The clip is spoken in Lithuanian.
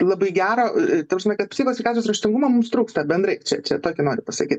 labai gera ta prasme kad psichikos sveikatos raštingumo mums trūksta bendrai čia čia tokį noriu pasakyt